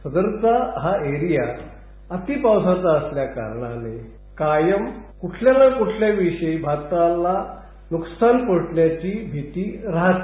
सदरचा हा एरिया अतिपावसाचा असल्याकारणाने कायम कुठल्या ना कुठल्या विषयी भाताला नुकसान फुटण्याची भीती राहते